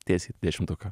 tiesiai į dešimtuką